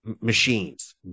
machines